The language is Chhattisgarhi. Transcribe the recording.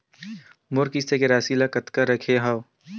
मोर किस्त के राशि ल कतका रखे हाव?